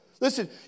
Listen